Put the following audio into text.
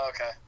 Okay